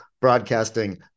broadcasting